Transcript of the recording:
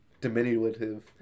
diminutive